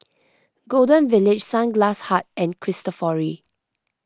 Golden Village Sunglass Hut and Cristofori